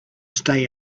stay